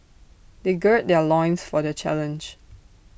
they gird their loins for the challenge